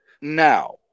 Now